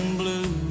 blue